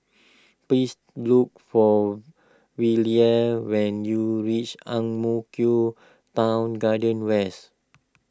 please look for Velia when you reach Ang Mo Kio Town Garden West